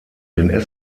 den